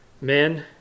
men